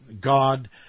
God